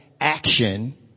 action